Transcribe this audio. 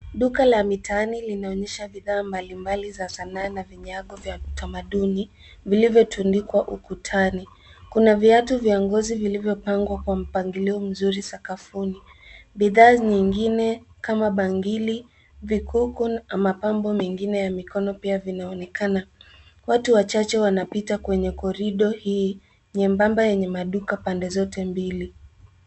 Duka la mitaani linaonyesha bidhaa mbalimbali za sanaa na vinyago vya kitamaduni vilivyotundikwa ukutani. Kuna viatu vya ngozi vilivyopangwa kwa mpangilio mzuri sakafuni. Bidhaa nyingine kama bangili, vikuku na mapambo mengine ya mikono pia vinaonekana. Watu wachache wanapita kwenye korido hii nyembamba yenye maduka pande zote mbili.